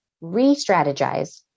re-strategize